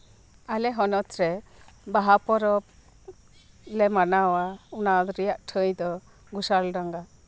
ᱟᱞᱮ ᱦᱚᱱᱚᱛ ᱨᱮ ᱵᱟᱦᱟ ᱯᱚᱨᱚᱵᱽ ᱞᱮ ᱢᱟᱱᱟᱣᱟ ᱚᱱᱟ ᱨᱮᱭᱟᱜ ᱴᱷᱟᱺᱭ ᱫᱚ ᱜᱷᱳᱥᱟᱞ ᱰᱟᱸᱜᱟ